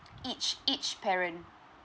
each each parent